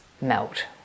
melt